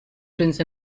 prince